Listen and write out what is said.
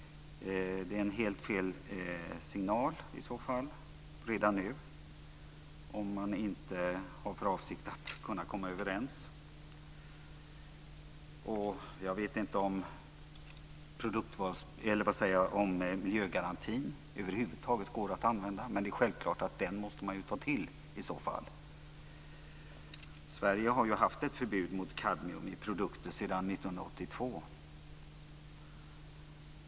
Det är en helt felaktig signal i så fall redan nu om man inte har för avsikt att kunna komma överens. Jag vet inte om miljögarantin över huvud taget går att använda men det är självklart att man i så fall måste ta till den. Sverige har ju sedan 1982 haft ett förbud mot kadmium i produkter.